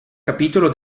capitolo